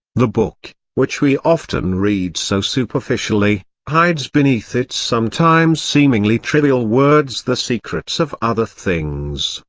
the book, which we often read so superficially, hides beneath its sometimes seemingly trivial words the secrets of other things.